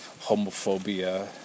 homophobia